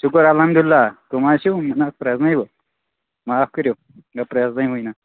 شُکُر الحمدُاللہ کٔم حظ چھُو مےٚ نہ حظ پرٛزٕنٲیُو معاف کٔریُو مےٚ پرٛزٕنٲیُو نہ